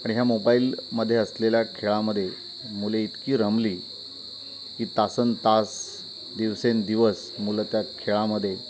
आणि ह्या मोबाईलमध्ये असलेल्या खेळामध्ये मुले इतकी रमली की तासन्तास दिवसेंदिवस मुलं त्या खेळामध्ये